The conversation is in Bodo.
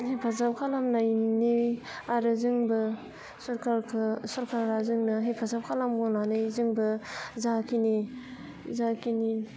हेफाजाब खालामनायनि आरो जोंबो सरकारखौ सरकारा जोंनो हेफाजाब खालामबोनानै जोंबो जाखिनि जाखिनि